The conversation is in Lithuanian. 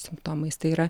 simptomais tai yra